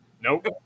Nope